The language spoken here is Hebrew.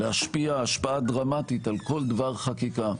להשפיע השפעה דרמטית על כל דבר חקיקה.